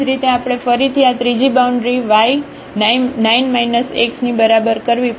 તેવી જ રીતે આપણે ફરીથી આ ત્રીજી બાઉન્ડ્રી y 9 x ની બરાબર કરવી પડશે